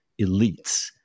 elites